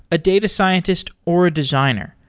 a data scientist, or a designer.